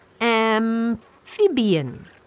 Amphibian